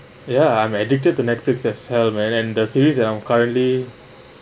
ya I'm addicted to netflix as hell man and the series that I'm currently